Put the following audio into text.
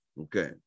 Okay